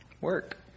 Work